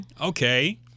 Okay